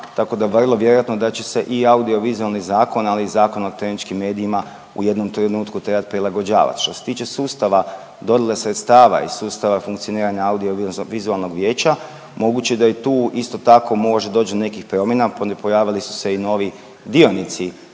tako da vrlo vjerojatno da će se i audiovizualni zakon ali i Zakon o elektroničkim medijima u jednom trenutku trebat prilagođavat. Što se tiče sustava dodjele sredstava i sustava funkcioniranja audio vizualnog vijeća, moguće da je tu isto tako može doć do nekih promjena. Pojavili su se i novi dionici